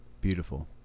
beautiful